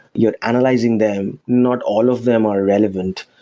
you're analyzing them. not all of them are relevant.